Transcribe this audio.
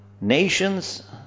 Nations